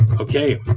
okay